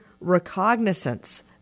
recognizance